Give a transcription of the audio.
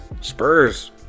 Spurs